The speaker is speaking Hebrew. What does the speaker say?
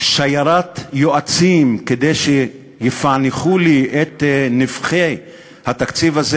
שיירת יועצים כדי שיפענחו לי את נבכי התקציב הזה,